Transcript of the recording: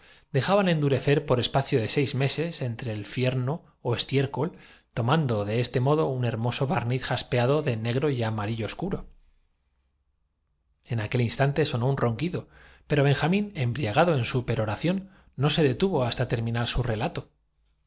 dejaban endurecer por drivium espacio de seis meses entre el fiemo ó estiércol toman do de este modo un hermoso barniz jaspeado de negro y amarillo oscuro en aquel instante sonó un ronquido pero benjamín embriagado en su peroración no se detuvo hasta ter minar su relato